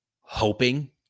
hoping